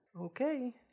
Okay